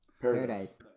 Paradise